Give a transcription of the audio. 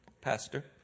Pastor